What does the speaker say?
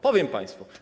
Powiem państwu.